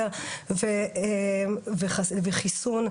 חסן והחזר,